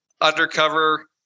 undercover